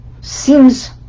seems